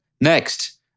Next